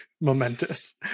momentous